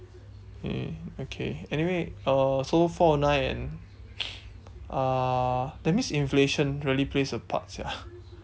K okay anyway uh so four O nine and uh that means inflation really plays a part sia